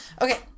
Okay